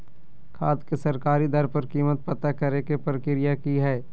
खाद के सरकारी दर पर कीमत पता करे के प्रक्रिया की हय?